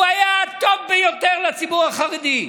הוא היה הטוב ביותר לציבור החרדי.